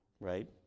right